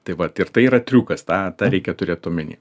tai vat ir tai yra triukas tą tą reikia turėt omeny